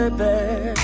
baby